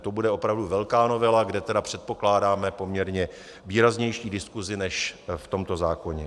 To bude opravdu velká novela, kde tedy předpokládáme poměrně výraznější diskuzi než v tomto zákoně.